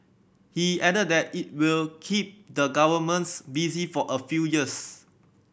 he added that it will keep the governments busy for a few years